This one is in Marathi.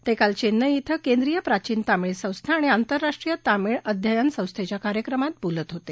ते काल चेन्नई क्वें केंद्रीय प्राचीन तामिळ संस्था आणि आंतरराष्ट्रीय तामिळ अध्ययन संस्थेच्या कार्यक्रमात बोलत होते